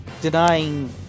denying